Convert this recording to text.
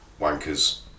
wankers